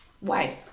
wife